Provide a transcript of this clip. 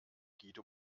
guido